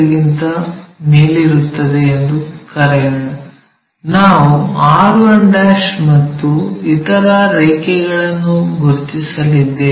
ಗಿಂತ ಮೇಲಿರುತ್ತದೆ ಎಂದು ಕರೆಯೋಣ ನಾವು r1 ಮತ್ತು ಇತರ ರೇಖೆಗಳನ್ನು ಗುರುತಿಸಲಿದ್ದೇವೆ